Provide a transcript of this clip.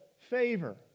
favor